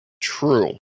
True